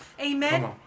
amen